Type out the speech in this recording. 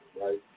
right